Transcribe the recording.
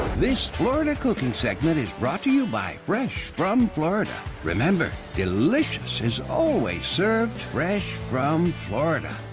this florida cooking segment is brought to you by fresh from florida remember delicious has always served fresh from florida